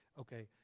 Okay